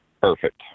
perfect